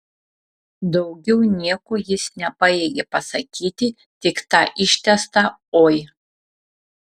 daugiau nieko jis nepajėgė pasakyti tik tą ištęstą oi